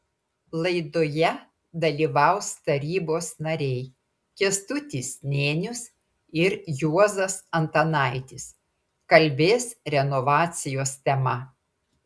laidoje dalyvaus tarybos nariai kęstutis nėnius ir juozas antanaitis kalbės renovacijos tema